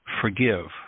forgive